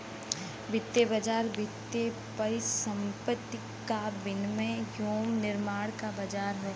वित्तीय बाज़ार वित्तीय परिसंपत्ति क विनियम एवं निर्माण क बाज़ार हौ